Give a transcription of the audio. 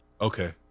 Okay